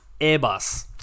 Airbus